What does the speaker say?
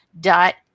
dot